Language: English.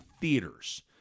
theaters